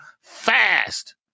Fast